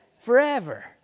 Forever